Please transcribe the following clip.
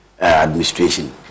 administration